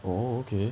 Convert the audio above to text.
oh okay